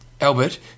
Albert